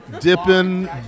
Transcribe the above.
dipping